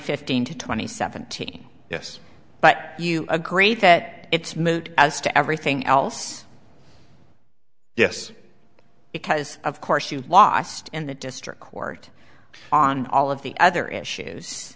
fifteen to twenty seventeen yes but you agree that it's moot as to everything else yes because of course you lost in the district court on all of the other issues